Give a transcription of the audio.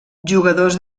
jugadors